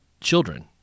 children